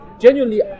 genuinely